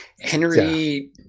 Henry